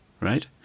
Right